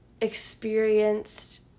experienced